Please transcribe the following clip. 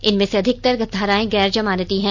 इनमें से अधिकतर धाराएं गैर जमानती हैं